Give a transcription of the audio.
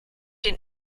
den